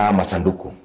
Masanduku